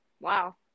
Wow